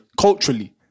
Culturally